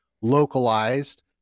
localized